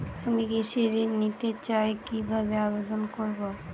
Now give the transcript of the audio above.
আমি কৃষি ঋণ নিতে চাই কি ভাবে আবেদন করব?